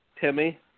Timmy